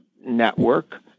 network